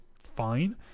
fine